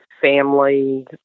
family